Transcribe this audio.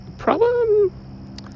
Problem